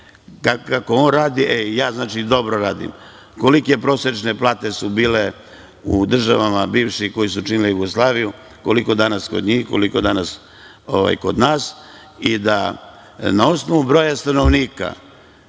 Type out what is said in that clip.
kako on radi, e i ja dobro radim. Koliko su prosečne plate bile u državama, bivšim koje su činile Jugoslaviju, koliko danas kod njih, koliko danas kod nas i da na osnovu broja stanovnika